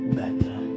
better